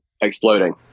exploding